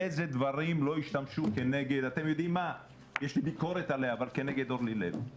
באיזה דברים לא השתמשו נגד אורלי לוי